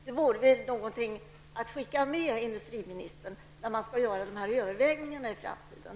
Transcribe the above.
Detta vore väl något att skicka med industriministern när dessa övervägningar skall göras i framtiden?